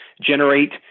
generate